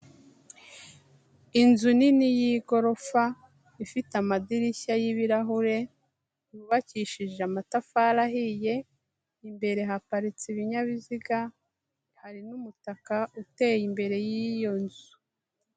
Inzu nini y'igorofa ifite amadirishya y'ibirahure yubakishije amatafari ahiye, imbere haparitse ibinyabiziga hari n'umutaka uteye imbere y'iyo nzu.